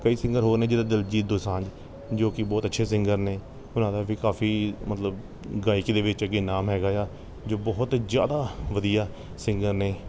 ਕਈ ਸਿੰਗਰ ਹੋਰ ਨੇ ਜਿੱਦਾਂ ਦਿਲਜੀਤ ਦੋਸਾਂਝ ਜੋ ਕਿ ਬਹੁਤ ਅੱਛੇ ਸਿੰਗਰ ਨੇ ਉਹਨਾਂ ਦਾ ਵੀ ਕਾਫ਼ੀ ਮਤਲਬ ਗਾਇਕੀ ਦੇ ਵਿੱਚ ਅੱਗੇ ਨਾਮ ਹੈਗਾ ਆ ਜੋ ਬਹੁਤ ਜ਼ਿਆਦਾ ਵਧੀਆ ਸਿੰਗਰ ਨੇ